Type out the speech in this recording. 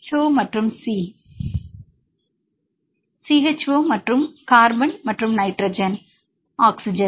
மாணவர் சோ மற்றும் C நைட்ரஜன் ஆக்ஸிஜன்